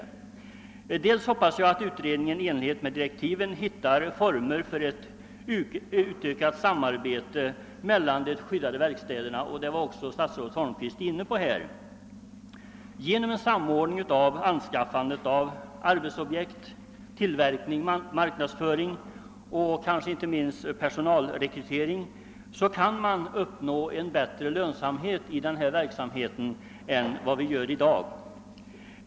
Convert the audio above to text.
För det andra hoppas jag att utredningen i enlighet med direktiven hittar former för ett utökat samarbete mellan de skyddade verkstäderna; detta var också statsrådet Holmqvist inne på här. Genom en samordning av anskaffandet av arbetsobjekt, tillverkning, marknadsföring och kanske inte minst personalrekrytering kan man uppnå en bättre lönsamhet i denna verksamhet än i dag.